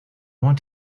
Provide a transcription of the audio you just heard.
want